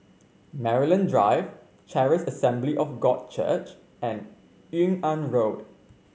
Maryland Drive Charis Assembly of God Church and Yung An Road